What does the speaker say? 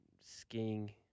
skiing